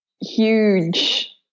huge